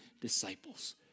disciples